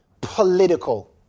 political